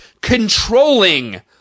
controlling